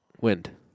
Wind